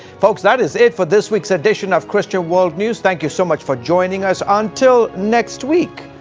folks, that is it for this week's edition of christian world news. thank you so much for joining us. until next week,